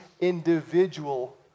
individual